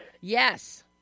Yes